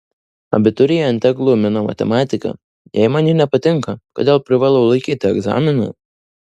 abiturientę glumina matematika jei man ji nepatinka kodėl privalau laikyti egzaminą